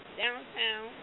downtown